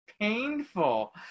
painful